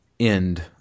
end